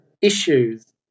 issues